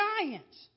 giants